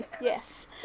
Yes